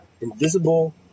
invisible